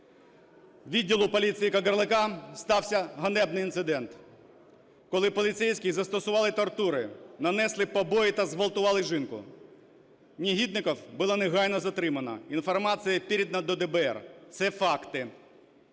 У відділі поліції Кагарлика стався ганебний інцидент, коли поліцейські застосували тортури, нанесли побої та зґвалтували жінку. Негідників було негайно затримано, інформація передана до ДБР. Це факти.